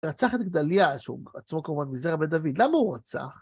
רצחת את גדליה השוק, עצמו כמובן מזרע בית דוד. למה הוא רצח?